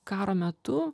karo metu